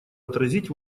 отразить